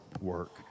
work